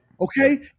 Okay